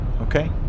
Okay